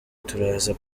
turaza